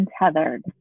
untethered